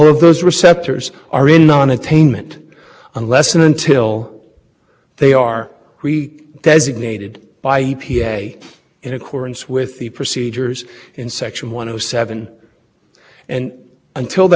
your honor if i may i'd like to address four points i'd like to talk about texas and madison and what's been said about that about the ozone states i'd like to talk about uniform cost thresholds and what's been said about that and also just haven't i'd like to address the point you raised but where there's a tension